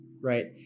right